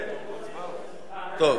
טוב.